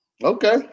Okay